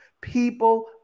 People